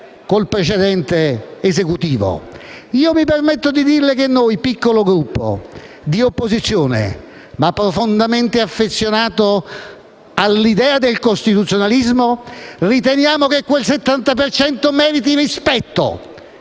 Io mi permetto di dirle che noi, piccolo Gruppo di opposizione (ma profondamente affezionato all'idea del costituzionalismo), riteniamo che quel 70 per cento